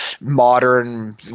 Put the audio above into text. modern